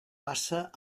passa